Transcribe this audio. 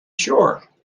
sure